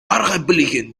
erheblichen